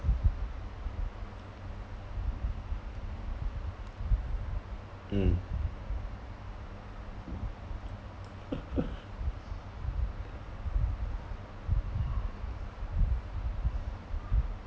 mm